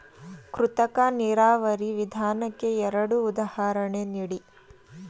ಕೃತಕ ನೀರಾವರಿ ವಿಧಾನಕ್ಕೆ ಎರಡು ಉದಾಹರಣೆ ನೀಡಿ?